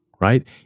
right